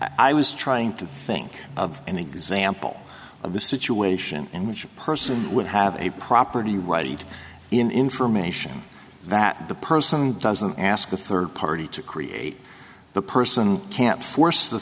i was trying to think of an example of the situation in which a person would have a property right in information that the person doesn't ask a third party to create the person can't force the